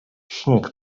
śnieg